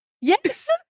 yes